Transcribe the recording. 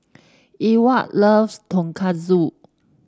Ewart loves Tonkatsu